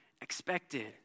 expected